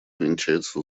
увенчается